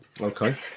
Okay